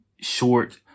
short